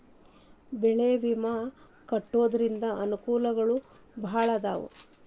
ಬೆಳೆ ವಿಮಾ ಕಟ್ಟ್ಕೊಂತಿದ್ರ ಅನಕೂಲಗಳು ಬಾಳ ಅದಾವ